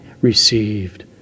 received